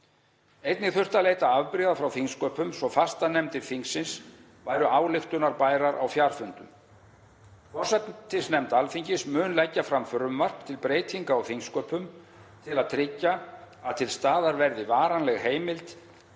Einnig þurfti að leita afbrigða frá þingsköpum svo fastanefndir þingsins væru ályktunarbærar á fjarfundum. Forsætisnefnd Alþingis mun leggja fram frumvarp til breytinga á þingsköpum til að tryggja að til staðar verði varanleg heimild